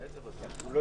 מה